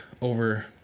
over